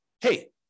hey